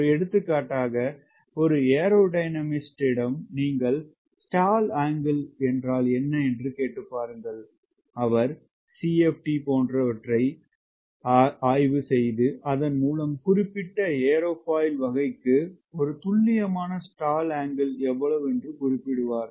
ஒரு எடுத்துக்காட்டாக ஒரு ஏரோ டயனாமிஸ்ட் நீங்கள் ஸ்டால் அங்கிள் என்றால் என்ன என்று கேட்டுப் பாருங்கள் அவர் CFD செய்து அதன் மூலம் குறிப்பிட்ட ஏரோபயில் வகைக்கு ஒரு துல்லியமான ஸ்டால் ஆங்கிள் எவ்வளவு என்று குறிப்பிடுவார்